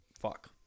Fuck